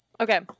okay